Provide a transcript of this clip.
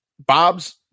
Bob's